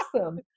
awesome